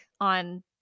on